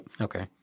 Okay